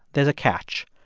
there's a catch.